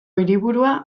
hiriburua